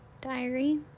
diary